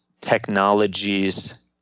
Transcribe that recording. Technologies